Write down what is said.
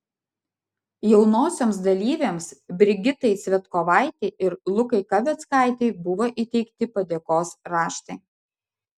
jaunosioms dalyvėms brigitai cvetkovaitei ir lukai kaveckaitei buvo įteikti padėkos raštai